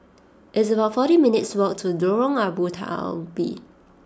it's about forty minutes' walk to Lorong Abu Talib